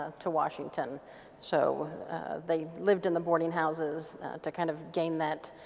to washington so they lived in the boarding houses to kind of gain that